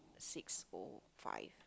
six o five